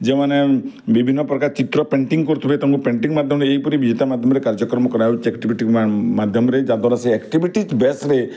ଯେଉଁମାନେ ବିଭିନ୍ନ ପ୍ରକାର ଚିତ୍ର ପେଣ୍ଟିଂ କରୁଥିବେ ତାଙ୍କୁ ପେଣ୍ଟିଂ ମାଧ୍ୟମରେ ଏହିପରି ବିଜେତା ମାଧ୍ୟମରେ କାର୍ଯ୍ୟକ୍ରମ କରାଯାଉଛି ଆକ୍ଟିଭିଟି ମାଧ୍ୟମରେ ଯାଦ୍ୱାରା ସେ ଆକ୍ଟିଭିଟି ବେସ୍ରେ